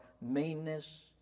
meanness